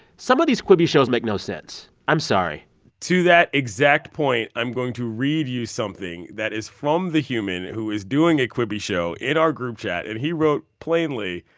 some of these quibi shows make no sense. i'm sorry to that exact point, i'm going to read you something that is from the human who is doing a quibi show in our group chat. and he wrote plainly,